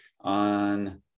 on